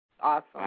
Awesome